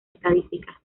estadísticas